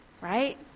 right